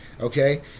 okay